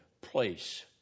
place